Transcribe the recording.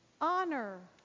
honor